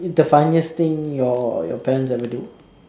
the funniest thing your your parents ever do